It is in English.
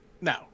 No